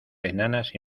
enanas